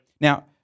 Now